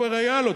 כבר היה לו,